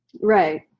Right